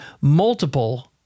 multiple